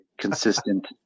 consistent